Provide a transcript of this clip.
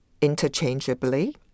interchangeably